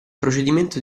procedimento